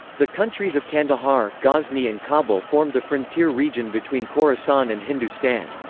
the countries of kandahar, ghazni and kabul formed the frontier region between khorasan and hindustan.